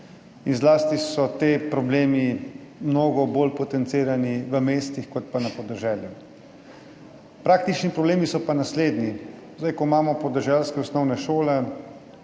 in zlasti so ti problemi mnogo bolj potencirani v mestih kot pa na podeželju. Praktični problemi so pa naslednji. V podeželskih osnovnih šolah